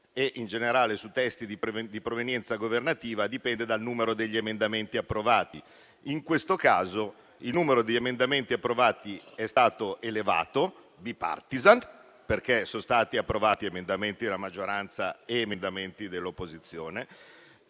e, in generale, su testi di provenienza governativa dipenda dal numero degli emendamenti approvati. In questo caso, il numero degli emendamenti approvati (in senso *bipartisan*, perché sono stati approvati emendamenti della maggioranza e dell'opposizione)